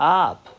up，